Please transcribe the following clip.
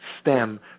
stem